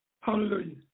Hallelujah